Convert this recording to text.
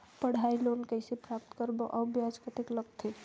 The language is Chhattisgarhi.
पढ़ाई लोन कइसे प्राप्त करबो अउ ब्याज कतेक लगथे?